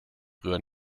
rühren